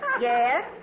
Yes